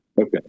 Okay